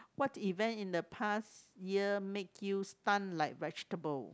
what event in the past year make you stunned like vegetable